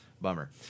Bummer